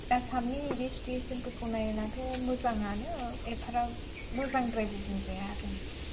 आसामनि बिदि सिटुवेसनफोरखौ नायोब्लाथ' मोजाङानो एफाग्राब मोजांद्रायबो बुंजाया आरो